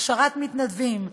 הכשרת מתנדבים,